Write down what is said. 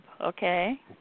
okay